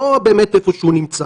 לא באמת איפה שהוא נמצא.